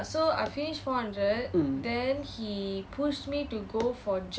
mm